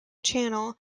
channel